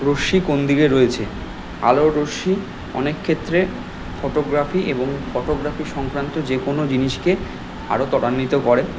রশ্মি কোন দিকে রয়েছে আলোর রশ্মি অনেক ক্ষেত্রে ফটোগ্রাফি এবং ফটোগ্রাফি সংক্রান্ত যে কোনও জিনিসকে আরও ত্বরান্বিত করে